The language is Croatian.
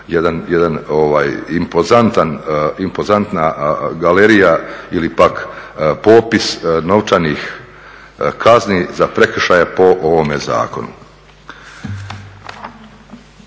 jedna impozantna galerija ili pak popis novčanih kani za prekršaje po ovome zakonu.